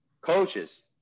coaches